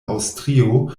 aŭstrio